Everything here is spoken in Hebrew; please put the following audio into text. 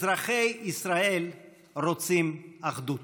אזרחי ישראל רוצים אחדות.